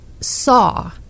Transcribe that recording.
saw